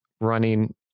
running